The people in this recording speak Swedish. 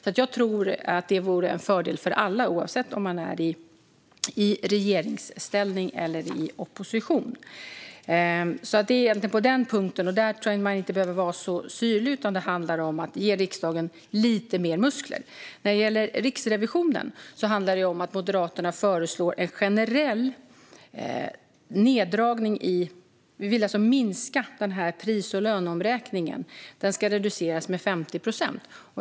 Jag tror därför att en höjning vore en fördel för alla, oavsett om man är i regeringsställning eller i opposition. På den punkten tror jag inte att man behöver vara så syrlig, utan det handlar om att ge riksdagen lite mer muskler. När det gäller Riksrevisionen handlar det om att Moderaterna föreslår en generell neddragning. Vi vill alltså minska pris och löneomräkningen. Den ska reduceras med 50 procent.